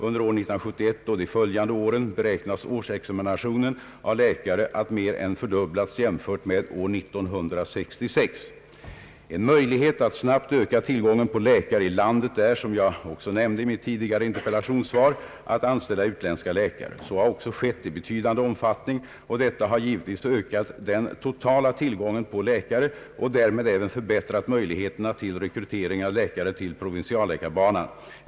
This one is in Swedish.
Under år 1971 och de följande åren beräknas årsexaminationen av läkare att mer än fördubblas jämfört med år 1966. En möjlighet att snabbt öka tillgången på läkare i landet är, som jag också nämnde i mitt tidigare interpellationssvar, att anställa utländska läkare. Så har också skett i betydande omfattning och detta har givetvis ökat den totala tillgången på läkare och därmed även förbättrat möjligheterna till rekrytering av läkare till provinsialläkarbanan.